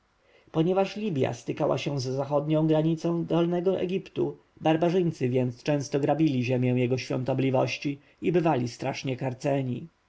ponieważ libja stykała się z zachodnią granicą dolnego egiptu barbarzyńcy więc często grabili ziemię jego świątobliwości i bywali strasznie karceni